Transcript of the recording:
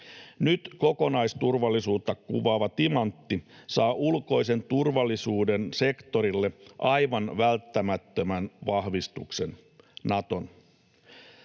Nyt kokonaisturvallisuutta kuvaava timantti saa ulkoisen turvallisuuden sektorille aivan välttämättömän vahvistuksen: Naton.